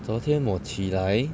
昨天我起来